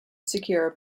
secure